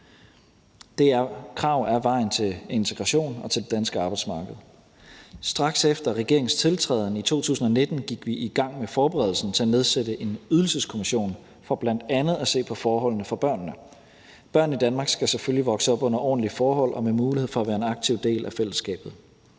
dem. Krav er vejen til integration og til det danske arbejdsmarked. Straks efter regeringens tiltræden i 2019 gik vi i gang med forberedelsen til at nedsætte en ydelseskommission for bl.a. at se på forholdene for børnene. Børn i Danmark skal selvfølgelig vokse op under ordentlige forhold og med mulighed for at være en aktiv del af fællesskabet.